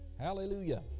Hallelujah